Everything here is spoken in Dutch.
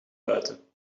buiten